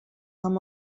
amb